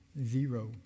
Zero